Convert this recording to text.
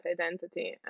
identity